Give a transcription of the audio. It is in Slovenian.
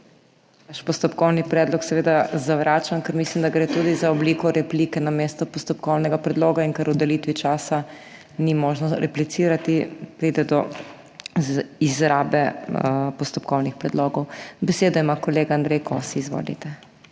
Vaš postopkovni predlog seveda zavračam, ker mislim, da gre tudi za obliko replike namesto postopkovnega predloga in ker o delitvi časa ni možno replicirati pride do izrabe postopkovnih predlogov. Besedo ima kolega Andrej Kos, izvolite.